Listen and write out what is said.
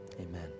Amen